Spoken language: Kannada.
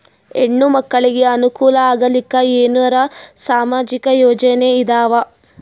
ಹೆಣ್ಣು ಮಕ್ಕಳಿಗೆ ಅನುಕೂಲ ಆಗಲಿಕ್ಕ ಏನರ ಸಾಮಾಜಿಕ ಯೋಜನೆ ಇದಾವ?